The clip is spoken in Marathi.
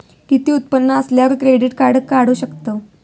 किती उत्पन्न असल्यावर क्रेडीट काढू शकतव?